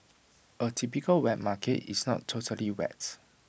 A typical wet market is not totally wet